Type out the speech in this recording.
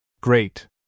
Great